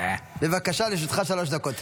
בבקשה, לרשותך שלוש דקות.